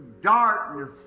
Darkness